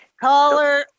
Caller